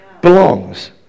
belongs